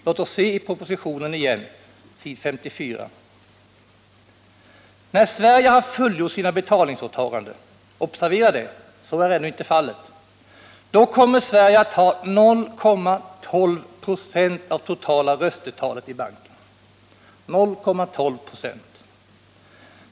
Låt oss se i propositionen igen, s. 54. När Sverige har fullgjort sina betalningsåtaganden — observera att så ännu inte är fallet — då kommer Sverige att ha 0,12 96 av totala röstetalet i banken! 0,12 26!